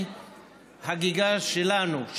היא חגיגה שלנו,